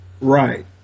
Right